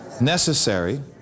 Necessary